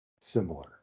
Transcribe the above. similar